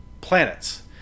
planets